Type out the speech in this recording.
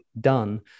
done